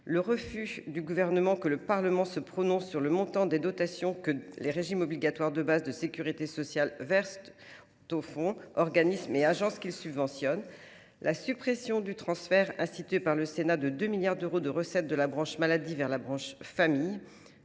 le refus du Gouvernement que le Parlement se prononce sur le montant des dotations que les régimes obligatoires de base de sécurité sociale versent aux fonds, organismes et agences qu’ils subventionnent ; la suppression du transfert, institué par le Sénat, de 2 milliards d’euros de recettes de la branche maladie vers la branche famille,